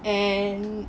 and